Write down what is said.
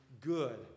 good